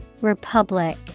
republic